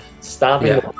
stopping